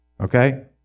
okay